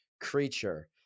creature